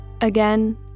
Again